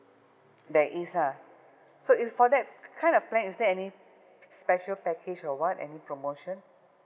there is ah so is for that kind of plan is there any special package or what any promotion